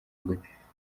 gute